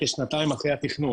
כולם לא יכולים לקבל היתר בנייה.